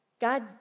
God